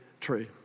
true